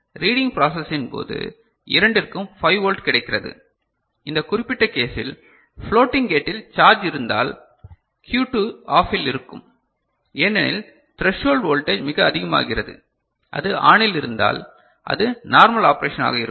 reading ப்ராசசின்போது இரண்டிற்கும் 5 volt கிடைக்கிறது இந்த குறிப்பிட்ட கேசில் ஃப்ளோட்டிங் கேட்டில் சார்ஜ் இருந்தால் Q2 ஆஃபில் இருக்கும் ஏனெனில் த்ரேஷோல்டு வோல்டேஜ் மிக அதிகமாகிறது அது ஆனில் இருந்தால் அது நார்மல் ஆபெரஷனாக இருக்கும்